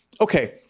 okay